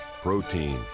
protein